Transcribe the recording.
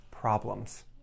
Problems